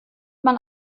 man